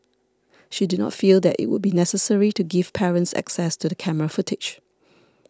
she did not feel that it would be necessary to give parents access to the camera footage